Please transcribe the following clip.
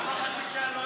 למה חצי שעה?